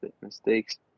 mistakes